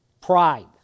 pride